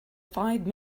five